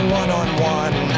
one-on-one